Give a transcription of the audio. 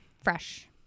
fresh